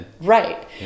right